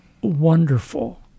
wonderful